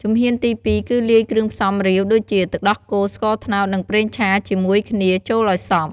ជំហានទី ២ គឺលាយគ្រឿងផ្សំរាវ ដូចជា ទឹកដោះគោ ស្ករត្នោត និងប្រេងឆា ជាមួយគ្នាចូលឲ្យសព្វ។